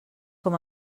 com